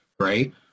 right